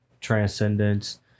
transcendence